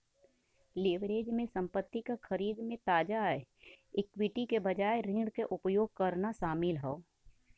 leverage में संपत्ति क खरीद में ताजा इक्विटी के बजाय ऋण क उपयोग करना शामिल हौ